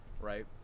right